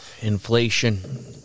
Inflation